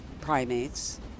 primates